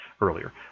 earlier